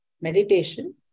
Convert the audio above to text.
meditation